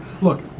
Look